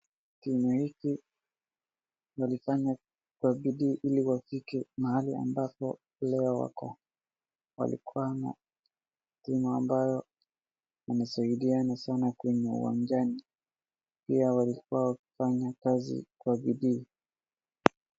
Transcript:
Timu hii walifanya kwa bidii ili wafike mahali ambapo leo wako, walikuwa timu ambayo walisaidiana sana kwenye uwanjani, pia walikuwa wakifanya kazi kwa bidii.